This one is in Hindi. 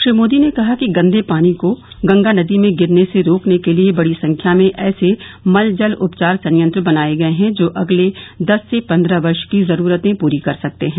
श्री मोदी ने कहा कि गंदे पानी को गंगा नदी में गिरने से रोकने के लिए बड़ी संख्या में ऐसे मल जल उपचार संयंत्र बनाए गए हैं जो अगले दस से पन्द्रह वर्ष की जरूरतें पूरी कर सकते है